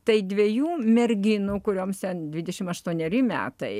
tai dviejų merginų kurioms ten dvidešimt aštuoneri metai